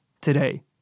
today